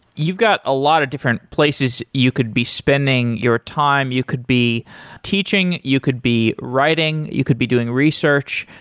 you've got a lot of different places you could be spending your time. you could be teaching, you could be writing, you could be doing research,